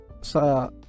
sa